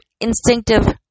instinctive